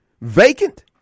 vacant